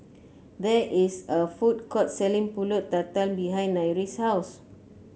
there is a food court selling pulut tatal behind Nyree's house